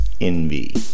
envy